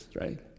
right